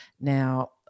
Now